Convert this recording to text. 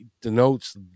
denotes